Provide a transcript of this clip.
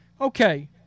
okay